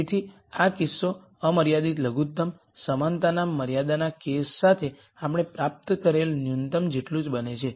તેથી આ કિસ્સો અમર્યાદિત લઘુત્તમ સમાનતાના મર્યાદાના કેસ સાથે આપણે પ્રાપ્ત કરેલા ન્યૂનતમ જેટલું જ બને છે